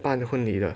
办婚礼的